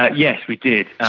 ah yes, we did,